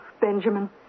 Benjamin